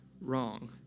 Wrong